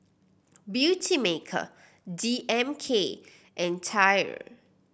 Beautymaker D M K and TYR